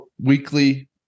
weekly